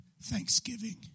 thanksgiving